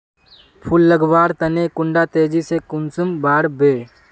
फुल लगवार तने कुंडा तेजी से कुंसम बार वे?